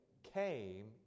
came